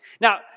Now